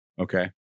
Okay